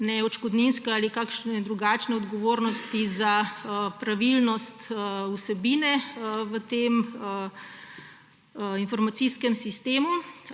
za odškodninske ali kakšne drugačne odgovornosti za pravilnost vsebine v tem informacijskem sistemu.